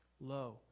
low